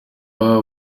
aba